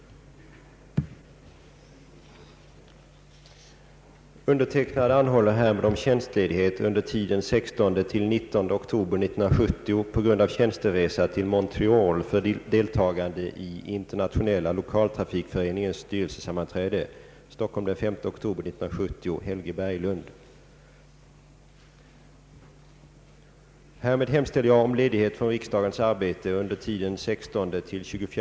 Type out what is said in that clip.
Efter undersökning av riksdagsman 01 02 12-851 Lage Svedberg, P1. 1150, 930 20 Burträsk, på härvarande provinsialläkarmottagning får jag härmed på begäran intyga, att han av hälsoskäl rekommenderats avstå från riksdagsarbete under stundande höstsession, Detta gäller åtminstone för tiden den 15 11 och styrkes på begäran av utförligare intyg med medicinska diagnoser om så anses påkallat.